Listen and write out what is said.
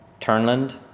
Turnland